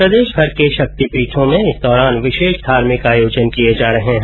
प्रदेशभर के शक्ति पीठों में इस दौरान विशेष धार्मिक आयोजन किये जा रहे है